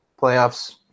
playoffs